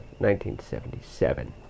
1977